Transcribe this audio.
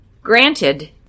granted